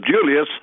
Julius